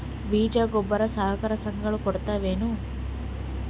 ಬೀಜ ಗೊಬ್ಬರ ಸರಕಾರ, ಸಂಘ ಗಳು ಕೊಡುತಾವೇನು?